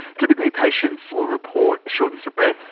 typically patients will report shortness of breath,